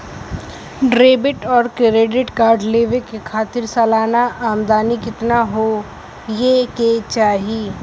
Debit और credit card लेवे के खातिर सलाना आमदनी कितना हो ये के चाही?